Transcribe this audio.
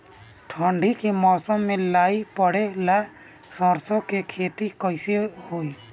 ठंडी के मौसम में लाई पड़े ला सरसो के खेती कइसे होई?